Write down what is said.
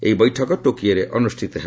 ଏହି ବୈଠକ ଟୋକିଓରେ ଅନୁଷ୍ଠିତ ହେବ